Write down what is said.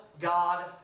God